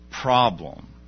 problem